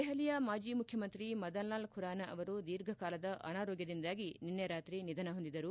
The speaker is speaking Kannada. ದೆಹಲಿಯ ಮಾಜಿ ಮುಖ್ಯಮಂತ್ರಿ ಮದನ್ಲಾಲ್ ಖುರಾನ ಅವರು ದೀರ್ಘ ಕಾಲದ ಅನಾರೋಗ್ಲದಿಂದಾಗಿ ನಿನ್ನೆ ರಾತ್ರಿ ನಿಧನ ಹೊಂದಿದರು